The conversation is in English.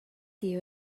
you